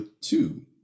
two